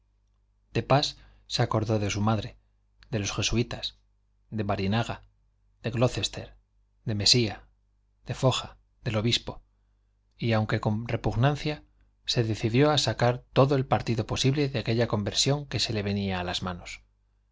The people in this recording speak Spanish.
de pas se acordó de su madre de los jesuitas de barinaga de glocester de mesía de foja del obispo y aunque con repugnancia se decidió a sacar todo el partido posible de aquella conversión que se le venía a las manos